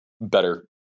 better